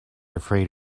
afraid